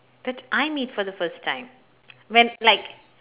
that I meet for the first time when like